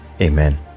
Amen